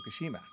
Fukushima